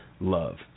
Love